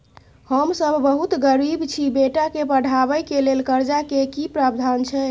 हम सब बहुत गरीब छी, बेटा के पढाबै के लेल कर्जा के की प्रावधान छै?